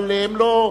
אבל הם לא,